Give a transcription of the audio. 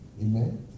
Amen